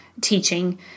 teaching